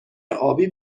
ابی